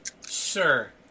Sir